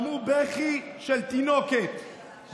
שמעו בכי של תינוקת,